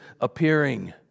appearing